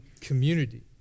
community